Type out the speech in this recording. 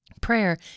Prayer